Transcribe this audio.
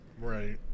Right